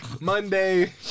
Monday